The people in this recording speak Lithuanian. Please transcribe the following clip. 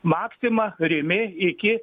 maxima rimi iki